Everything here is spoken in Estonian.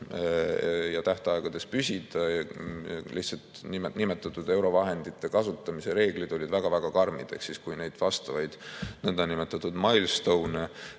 ja tähtaegades püsida, lihtsalt nimetatud eurovahendite kasutamise reeglid olid väga-väga karmid. Kui neid nõndanimetatudmilestone'e